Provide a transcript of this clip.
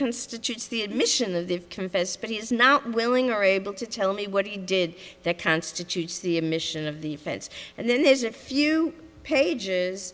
constitutes the admission of the confessed but he is now willing or able to tell me what he did that constitutes the emission of the fence and then there's a few pages